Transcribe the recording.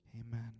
Amen